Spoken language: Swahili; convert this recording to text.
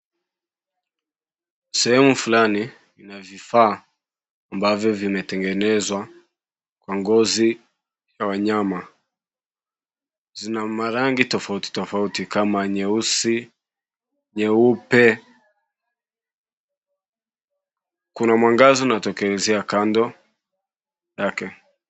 Sehemu fulani ina vifaa ambavyo vimetengenezwa kwa ngozi ya wanyama, zina marangi tofauti tofauti kama nyeusi, nyeupe. Kuna mwangaza unaotokezea kando yake.